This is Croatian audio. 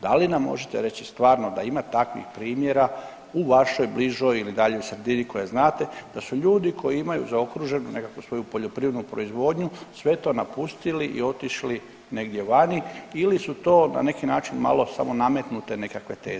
Da li nam možete reći stvarno da ima takvih primjera u vašoj bližoj ili daljoj sredini koju znate, da su ljudi koji imaju zaokruženu nekakvu svoju poljoprivrednu proizvodnju sve to napustili i otišli negdje vani ili su to na neki način malo samo nametnute nekakve teze.